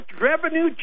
revenue